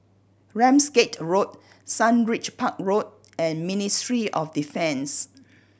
Ramsgate Road Sundridge Park Road and Ministry of Defence